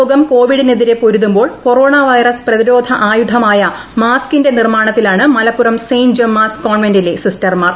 ലോകം കോവിഡിനെതിരെ പൊരുതുമ്പോൾ കോറോണ വൈറസ് പ്രതിരോധായുധമായ മാസ്കിന്റെ നിർമ്മാണത്തിലാണ് മലപ്പുറം സെന്റ്ജമ്മാസ് കോൺവെന്റിലെ സിസ്റ്റർമാർ